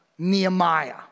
Nehemiah